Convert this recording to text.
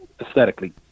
aesthetically